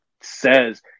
says